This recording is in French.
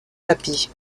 tapis